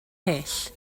hyll